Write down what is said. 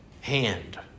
hand